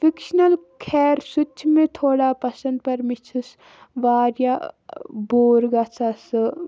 fictional خیر سُہ تہِ چھِ مےٚ تھوڑا پَسنٛد پَر مےٚ چھِس واریاہ بور گژھان سُہ